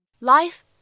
Life